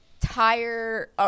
tire